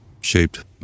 shaped